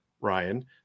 Ryan